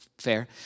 fair